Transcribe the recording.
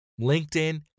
LinkedIn